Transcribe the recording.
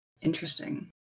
Interesting